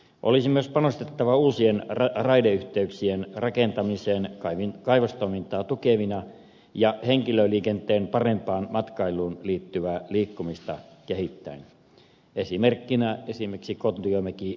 olisi myös panostettava uusien raideyhteyksien rakentamiseen kaivostoimintaa tukemaan ja kehittämään parempaa henkilöliikennettä matkailua varten esimerkkinä kontiomäkikuusamo